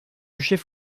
chef